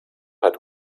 hat